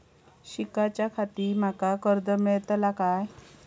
शिकाच्याखाती माका कर्ज मेलतळा काय?